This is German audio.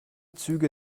züge